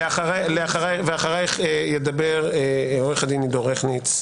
ואחריך ידבר עוה"ד עדו רכניץ.